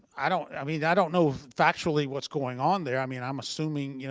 i don't i mean i don't know factually what's going on there. i mean, i'm assuming yeah